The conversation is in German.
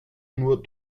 nur